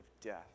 death